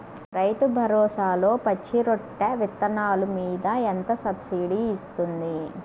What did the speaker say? రైతు భరోసాలో పచ్చి రొట్టె విత్తనాలు మీద ఎంత సబ్సిడీ ఇస్తుంది?